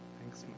Thanks